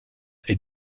est